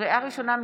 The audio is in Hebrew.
לקריאה ראשונה,